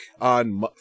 on